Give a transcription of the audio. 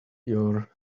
your